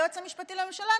היועץ המשפטי לממשלה,